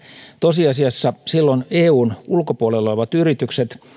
tosiasiassa on niin että silloin eun ulkopuolella olevat yritykset